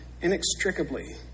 inextricably